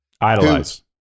Idolize